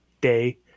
day